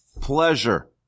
pleasure